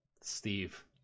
Steve